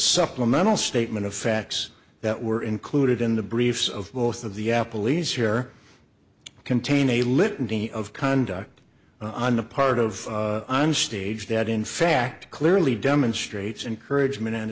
supplemental statement of facts that were included in the briefs of both of the apple leads here contain a litany of conduct on the part of on stage that in fact clearly demonstrates encouragement and